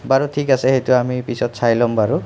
বাৰু ঠিক আছে সেইটো আমি পিছত চাই ল'ম বাৰু